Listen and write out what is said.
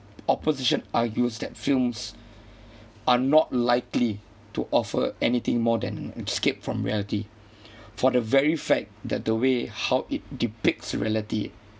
opposition argues that films are not likely to offer anything more than escape from reality for the very fact that the way how it depicts reality